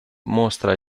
mostra